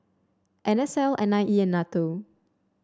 N S L N I E and NATO